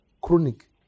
Chronic